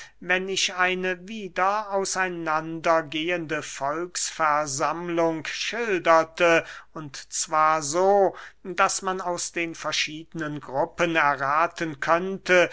wenn ich eine wieder aus einander gehende volksversammlung schilderte und zwar so daß man aus den verschiedenen gruppen errathen könnte